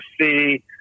see